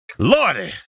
Lordy